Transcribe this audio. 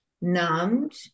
numbed